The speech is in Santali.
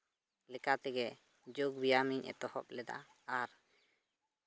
ᱞᱮᱠᱟ ᱛᱮᱜᱮ ᱡᱳᱜᱽ ᱵᱮᱭᱟᱢᱤᱧ ᱮᱛᱚᱦᱚᱵ ᱞᱮᱫᱟ ᱟᱨ